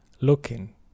looking